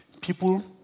people